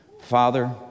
Father